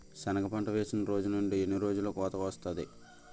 సెనగ పంట వేసిన రోజు నుండి ఎన్ని రోజుల్లో కోతకు వస్తాది?